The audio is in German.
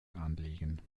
anliegen